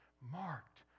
marked